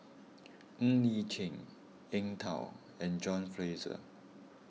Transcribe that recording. Ng Li Chin Eng Tow and John Fraser